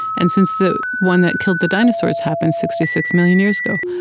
and since the one that killed the dinosaurs happened sixty six million years ago,